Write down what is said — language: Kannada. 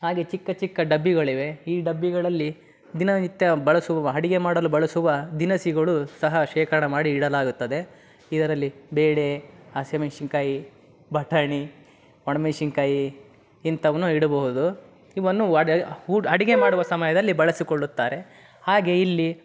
ಹಾಗೇ ಚಿಕ್ಕ ಚಿಕ್ಕ ಡಬ್ಬಿಗಳಿವೆ ಈ ಡಬ್ಬಿಗಳಲ್ಲಿ ದಿನನಿತ್ಯ ಬಳಸುವ ಅಡಿಗೆ ಮಾಡಲು ಬಳಸುವ ದಿನಸಿಗಳು ಸಹ ಶೇಖರಣೆ ಮಾಡಿ ಇಡಲಾಗುತ್ತದೆ ಇದರಲ್ಲಿ ಬೇಳೆ ಹಸಿಮೆಣಸಿನಕಾಯಿ ಬಟಾಣಿ ಒಣಮೆಣಸಿನಕಾಯಿ ಇಂಥವನ್ನು ಇಡಬಹುದು ಇವನ್ನು ಒಡೆ ಊಟ ಅಡಿಗೆ ಮಾಡುವ ಸಮಯದಲ್ಲಿ ಬಳಸಿಕೊಳ್ಳುತ್ತಾರೆ ಹಾಗೇ ಇಲ್ಲಿ